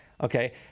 Okay